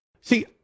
See